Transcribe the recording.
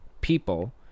people